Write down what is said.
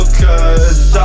cause